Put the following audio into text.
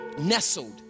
nestled